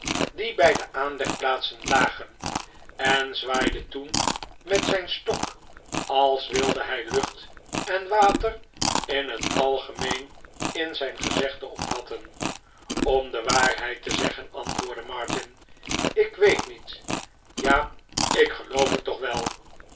die bij de aanlegplaatsen lagen en zwaaide toen met zijn stok als wilde hij lucht en water in het algemeen in zijn gezegde omvatten om de waarheid te zeggen antwoordde martin ik weet niet ja ik geloof het toch wel